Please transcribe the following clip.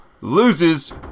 loses